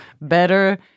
better